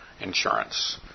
insurance